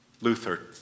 Luther